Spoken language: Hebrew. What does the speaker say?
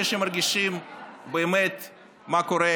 אלה שמרגישים באמת מה קורה,